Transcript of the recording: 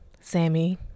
Sammy